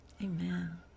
Amen